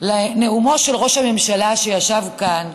לנאומו של ראש הממשלה, שישב כאן,